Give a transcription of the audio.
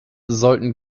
sollten